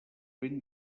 vent